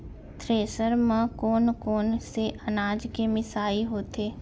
Thresher म कोन कोन से अनाज के मिसाई होथे?